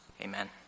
Amen